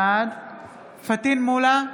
בעד פטין מולא,